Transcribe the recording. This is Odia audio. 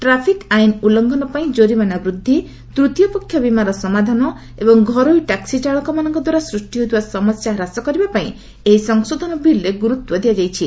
ଟ୍ରାଫିକ୍ ଆଇନ୍ ଉଲ୍ଲୁଘନ ପାଇଁ ଜୋରିମାନା ବୃଦ୍ଧି ତୂତୀୟପକ୍ଷ ବୀମାର ସମାଧାନ ଏବଂ ଘରୋଇ ଟାକ୍କି ଚାଳକମାନଙ୍କ ଦ୍ୱାରା ସୃଷ୍ଟି ହେଉଥିବା ସମସ୍ୟା ହ୍ରାସ କରିବା ପାଇଁ ଏହି ସଂଶୋଧନ ବିଲ୍ରେ ଗୁରୁତ୍ୱ ଦିଆଯାଇଛି